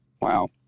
wow